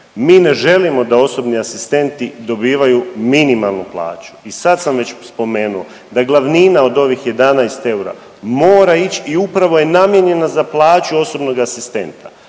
Mi ne želimo da osobni asistenti dobivaju minimalnu plaću. I sad sam već spomenuo da glavnina od ovih 11 eura mora ići i upravo je namijenjena za plaću osobnog asistenta.